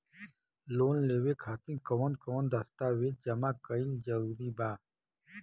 Loan लेवे खातिर कवन कवन दस्तावेज जमा कइल जरूरी बा?